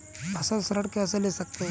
फसल ऋण कैसे ले सकते हैं?